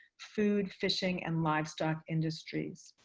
food, fishing, and livestock industries.